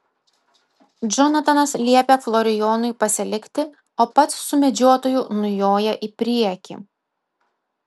džonatanas liepia florijonui pasilikti o pats su medžiotoju nujoja į priekį